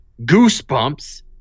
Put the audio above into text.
Goosebumps